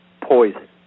poison